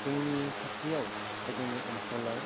जोंनि खाथियाव एबा जोंनि ओनसोलाव